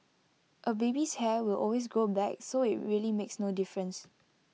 A baby's hair will always grow back so IT really makes no difference